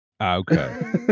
Okay